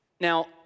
Now